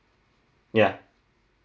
ya